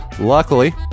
Luckily